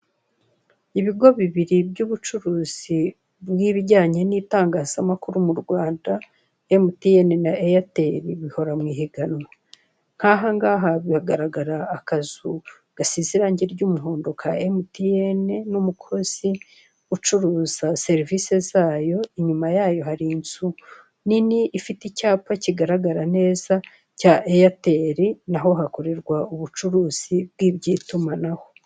Ibigo bibiri by'ubucuruzi bw'ibijyanye n'itangazamakuru mu Rwanda MTN na Airtel, bihora mu ihiganwa, nk'aha ngaha bigaragara akazu gasize irangi ry'umuhondo ka MTN n'umukozi ucuruza serivisi zayo, inyuma yayo hari inzu nini ifite icyapa kigaragara neza cya Airtel na ho hakorerwa ubucuruzi bw'iby'itumanaho.